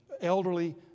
elderly